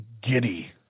giddy